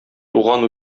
туган